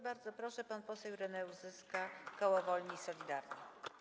Bardzo proszę, pan poseł Ireneusz Zyska, koło Wolni i Solidarni.